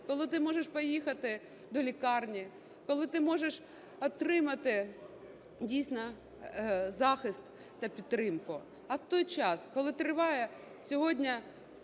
коли ти можеш поїхати до лікарні, коли ти можеш отримати дійсно захист та підтримку. А в той час, коли триває сьогодні